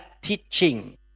teaching